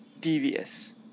devious